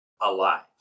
alive